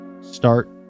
start